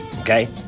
Okay